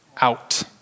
out